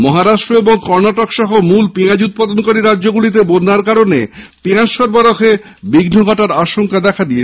মহারাষ্ট্র এবং কর্ণাটক সহ মূল পেঁয়াজ উৎপাদনকারী রাজ্যগুলিতে বন্যার কারনে পেঁয়াজ সরবরাহে বিঘ্ন ঘটার আশঙ্কা দেখা দিয়েছে